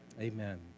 Amen